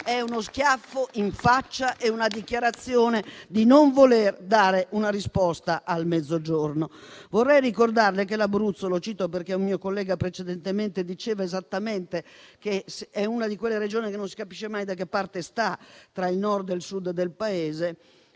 è uno schiaffo in faccia e una dichiarazione di non voler dare una risposta al Mezzogiorno. Vorrei ricordarle che l'Abruzzo - lo cito perché un mio collega precedentemente diceva esattamente la stessa cosa - è una di quelle Regioni che non si capisce mai da che parte sta, tra il Nord e il Sud del Paese.